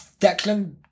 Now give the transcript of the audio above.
Declan